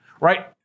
right